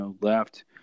left